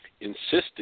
insisted